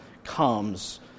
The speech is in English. comes